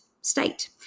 state